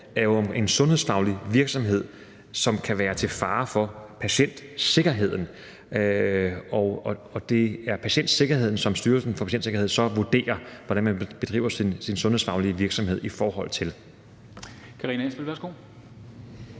er jo en sundhedsfaglig virksomhed, som kan være til fare for patientsikkerheden. Og det er patientsikkerheden, som Styrelsen for Patientsikkerhed så vurderer, hvordan man bedriver sin sundhedsfaglige virksomhed i forhold til.